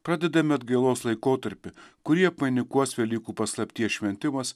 pradedame atgailos laikotarpį kurį apvainikuos velykų paslapties šventimas